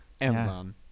Amazon